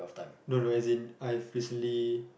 no no as in I recently